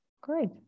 great